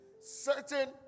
Certain